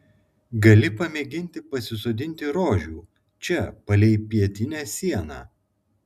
gali pamėginti pasisodinti rožių čia palei pietinę sieną